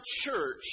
church